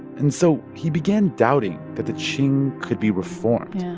and so he began doubting that the qing could be reformed.